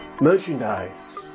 merchandise